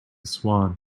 swan